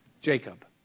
jacob